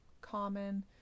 common